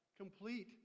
complete